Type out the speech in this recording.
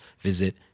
visit